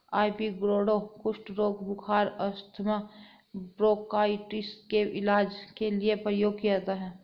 ivy gourd कुष्ठ रोग, बुखार, अस्थमा, ब्रोंकाइटिस के इलाज के लिए प्रयोग किया जाता है